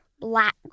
black